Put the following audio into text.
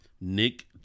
Nick